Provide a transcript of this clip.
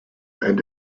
and